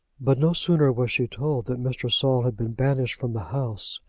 but no sooner was she told that mr. saul had been banished from the house,